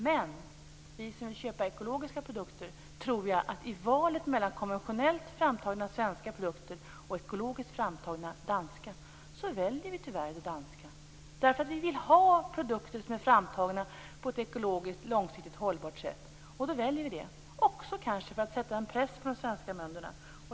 Men jag tror att i valet mellan konventionellt framtagna svenska produkter och ekologiskt framtagna danska väljer vi som vill köpa ekologiska produkter tyvärr de danska produkterna. Vi vill ha produkter som är framtagna på ett ekologiskt långsiktigt hållbart sätt, och då väljer vi det, också kanske för att sätta press på de svenska bönderna.